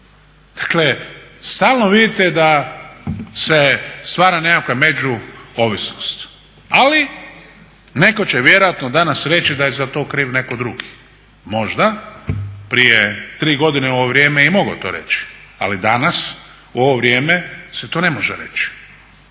Dakle stalno vidite da se stvara nekakva međuovisnost, ali neko će vjerojatno danas reći da je za to kriv netko drugi, možda prije tri godine u ovo vrijeme je i mogao to reći, ali danas u ovo vrijeme se to ne može reći,